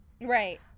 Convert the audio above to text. Right